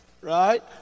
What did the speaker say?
right